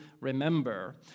remember